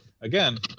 again